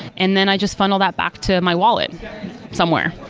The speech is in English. and then i just funneled that back to my wallet somewhere.